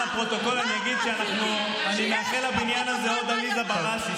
רק למען הפרוטוקול אני אגיד שאני מאחל לבניין הזה עוד עליזה בראשי,